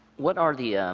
what are the